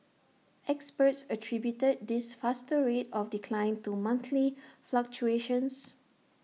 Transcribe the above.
experts attributed this faster rate of decline to monthly fluctuations